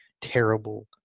terrible